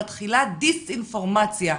מתחיל דיסאינפורמציה.